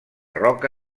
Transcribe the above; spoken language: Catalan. roca